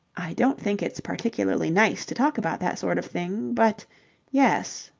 i don't think it's particularly nice to talk about that sort of thing, but yes.